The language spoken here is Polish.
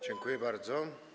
Dziękuję bardzo.